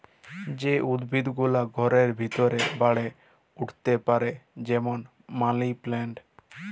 যে উদ্ভিদ গুলা ঘরের ভিতরে বাড়ে উঠ্তে পারে যেমল মালি পেলেলট